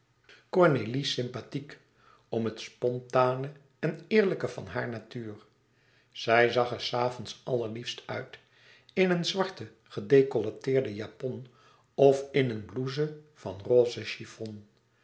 cornélie sympathiek om het spontane en eerlijke van haar natuur zij zag er s avonds allerliefst uit in een zwarten gedecolleteerden japon of in een blouse van roze